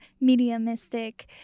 mediumistic